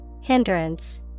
Hindrance